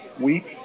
week